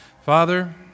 Father